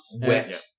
wet